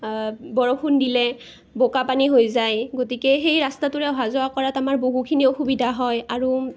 বৰষুণ দিলে বোকা পানী হৈ যায় গতিকে সেই ৰাস্তাটোৰে অহা যোৱা কৰাত আমাৰ বহুখিনি অসুবিধা হয় আৰু